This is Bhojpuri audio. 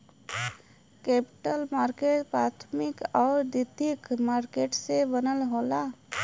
कैपिटल मार्केट प्राथमिक आउर द्वितीयक मार्केट से बनल होला